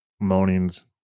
moanings